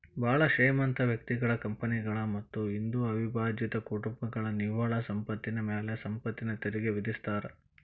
ಭಾಳ್ ಶ್ರೇಮಂತ ವ್ಯಕ್ತಿಗಳ ಕಂಪನಿಗಳ ಮತ್ತ ಹಿಂದೂ ಅವಿಭಜಿತ ಕುಟುಂಬಗಳ ನಿವ್ವಳ ಸಂಪತ್ತಿನ ಮ್ಯಾಲೆ ಸಂಪತ್ತಿನ ತೆರಿಗಿ ವಿಧಿಸ್ತಾರಾ